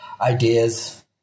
ideas